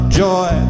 joy